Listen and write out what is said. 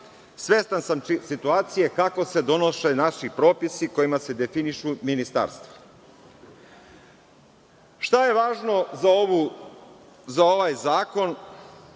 svestan sam situacije kako se donose naši propisi kojima se definišu ministarstva. Šta je važno za ovaj zakon?